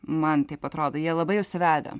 man taip atrodo jie labai užsivedę